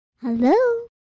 Hello